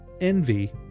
envy